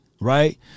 right